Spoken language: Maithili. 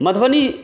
मधुबनी